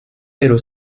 pero